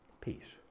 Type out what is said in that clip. Peace